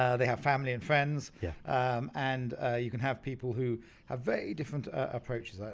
ah they have family and friends yeah and you can have people who have very different approaches.